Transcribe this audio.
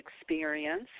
experience